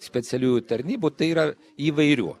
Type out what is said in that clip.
specialiųjų tarnybų tai yra įvairių